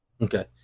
Okay